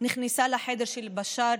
נכנסה לחדר של בשאר,